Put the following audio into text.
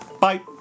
Bye